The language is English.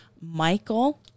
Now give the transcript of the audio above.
Michael